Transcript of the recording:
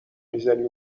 میزنی